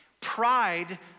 Pride